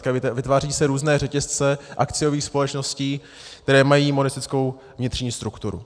Zkrátka vytváří se různé řetězce akciových společností, které mají monistickou vnitřní strukturu.